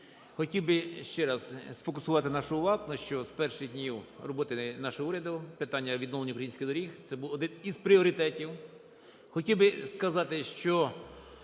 Хотів би ще раз сфокусувати нашу увагу, що з перших днів роботи нашого уряду питання відновлення українських доріг – це був один із пріоритетів. Хотів би сказати, що